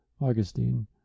Augustine